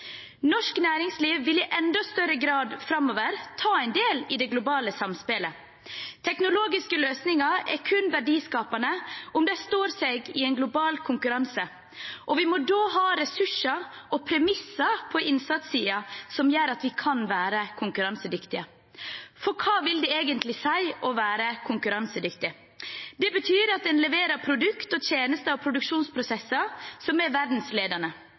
Norsk næringsliv vil i enda større grad framover ta del i det globale samspillet. Teknologiske løsninger er kun verdiskapende om de står seg i en global konkurranse. Da må vi ha ressurser og premisser på innsatssiden som gjør at vi kan være konkurransedyktige. For hva vil det egentlig si å være konkurransedyktig? Det betyr at en leverer produkter, tjenester og produksjonsprosesser som er verdensledende.